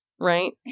right